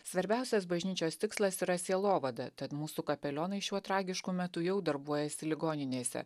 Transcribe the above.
svarbiausias bažnyčios tikslas yra sielovada tad mūsų kapelionai šiuo tragišku metu jau darbuojasi ligoninėse